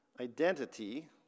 identity